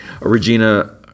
Regina